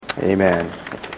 Amen